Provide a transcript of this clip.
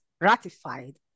ratified